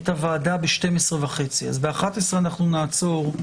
הישיבה ננעלה בשעה 11:36.